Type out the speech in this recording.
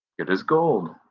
good as gold.